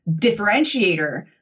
differentiator